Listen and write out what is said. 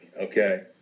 okay